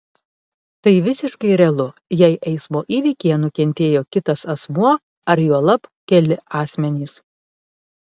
tai visiškai realu jei eismo įvykyje nukentėjo kitas asmuo ar juolab keli asmenys